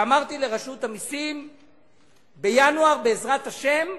אמרתי לרשות המסים שבינואר, בעזרת השם,